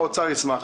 האוצר ישמח.